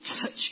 touch